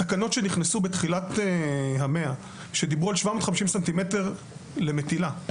התקנות שנכנסו בתחילת המאה שדיברו על 750 ס"מ לכל מטילה.